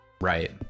Right